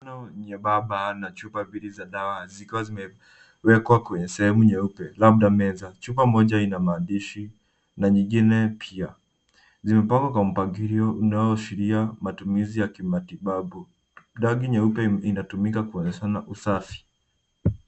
Sindano nyembamba na chupa mbili za dawa zikiwa zimewekwa kwenye sehemu nyeupe labda meza. Chupa moja ina maandishi na nyingine pia. Zimepangwa kwa mpangilio unaoashiria matumizi ya kimatibabu. Rangi nyeupe inatumika kuonyeshana usafi.